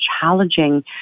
challenging